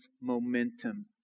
momentum